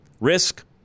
risk